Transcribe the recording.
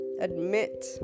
admit